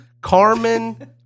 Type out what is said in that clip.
Carmen